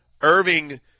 Irving